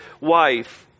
wife